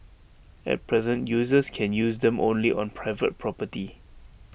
at present users can use them only on private property